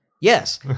Yes